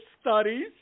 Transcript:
studies